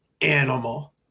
animal